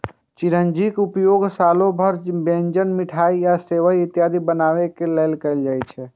चिरौंजीक उपयोग सालो भरि व्यंजन, मिठाइ आ सेवइ इत्यादि बनाबै मे कैल जाइ छै